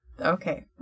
Okay